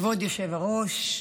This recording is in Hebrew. כבוד היושב-ראש,